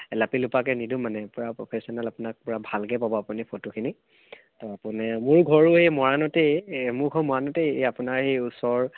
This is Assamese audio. জাপি জোপাকৈ নিদোঁ মানে পূৰা প্ৰফেশ্যনেল আপোনাক পূৰা ভালকৈ পাব আপুনি ফটোখিনি আপুনি মোৰ ঘৰো এই মৰাণতে মোৰ ঘৰ মৰাণতে আপোনাৰ এই ওচৰ